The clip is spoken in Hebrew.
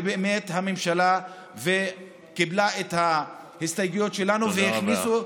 ובאמת הממשלה קיבלה את ההסתייגויות שלנו והכניסו,